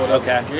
okay